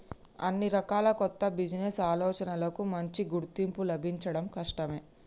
అన్ని రకాల కొత్త బిజినెస్ ఆలోచనలకూ మంచి గుర్తింపు లభించడం కష్టమే